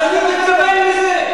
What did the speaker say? אז אני מתכוון לזה.